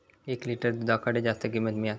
एक लिटर दूधाक खडे जास्त किंमत मिळात?